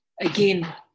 again